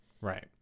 Right